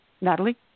Natalie